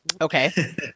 Okay